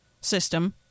system